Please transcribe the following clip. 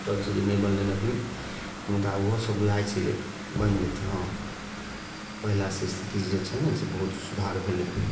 टूटल छै नहि बनल हय अभी मुदा ओहो सब बुझाइत छै जे बनि जेतै हँ पहिले से स्थिति जे छै ने से बहुत सुधार भेलै हँ